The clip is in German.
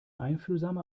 einfühlsame